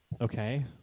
Okay